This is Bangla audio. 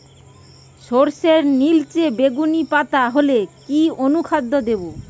সরর্ষের নিলচে বেগুনি পাতা হলে কি অনুখাদ্য দেবো?